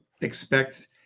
expect